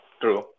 true